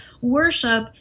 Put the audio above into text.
worship—